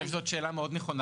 אני חושב שזו שאלה נכונה מאוד.